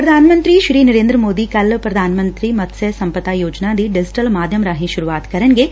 ਪੁਧਾਨ ਮੰਤਰੀ ਨਰੇਂਦਰ ਸੋਦੀ ਕੱਲ ਪੁਧਾਨ ਮੰਤਰੀ ਮੱਤਸਏ ਸੰਪਦਾ ਯੋਜਨਾ ਦੀ ਡਿਜੀਟਲ ਮਾਧਿਅਮ ਰਾਹੀ ਸੁਰੁਆਤ ਕਰਨਗੇ